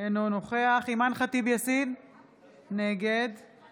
צחי הנגבי, נגד שרן